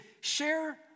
share